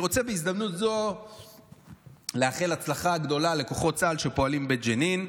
בהזדמנות זו אני רוצה לאחל הצלחה גדולה לכוחות צה"ל שפועלים בג'נין.